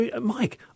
Mike